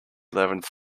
eleventh